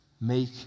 Make